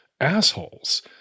assholes